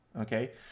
Okay